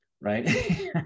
right